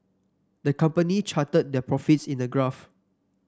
the company charted their profits in a graph